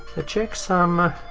the checksum.